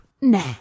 Nah